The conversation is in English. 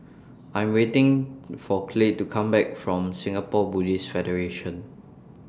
I Am waiting For Clay to Come Back from Singapore Buddhist Federation